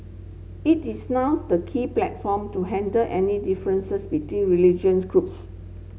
it is now the key platform to handle any differences between religious groups